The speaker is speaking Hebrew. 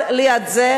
אבל ליד זה,